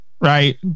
right